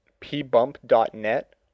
pbump.net